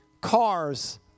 cars